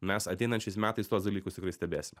mes ateinančiais metais tuos dalykus tikrai stebėsim